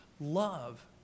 love